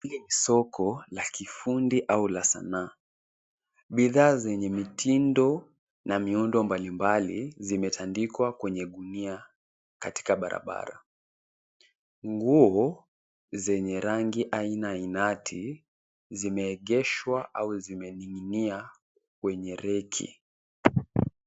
Soko la kifundi au la sanaa, bidhaa zenye mitindo na miundo mbalimbali zimetandikwa kwenye gunia katika barabara. Nguo zenye aina ainati zimeegeshwa au zimening'inia kwenye reki.